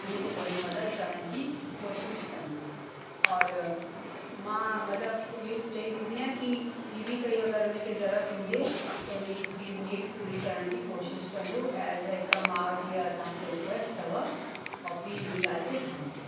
उन्हीअ खे थोरी मदद करण जी कोशिश कजो और मां मतिलबु इहे ई चई सघंदी आहियां कि ॿी बि काई अगरि उन खे ज़रूरत हुजे त हुनी जी प्लीज़ नीड पूरी करण जी कोशिश कजो ऐज़ आ हिक माउ जी इहा तव्हां खे रिक्वैस्ट अथव और प्लीज़ इन्हीअ ॻाल्हि ते ध्यानु ॾिजो